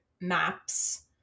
maps